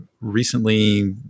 recently